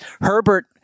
Herbert